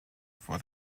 for